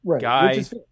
guys